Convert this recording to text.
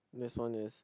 this one is